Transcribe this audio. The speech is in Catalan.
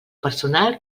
personal